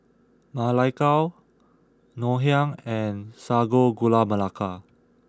Ma Lai Gao Ngoh Hiang and Sago Gula Melaka